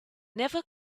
never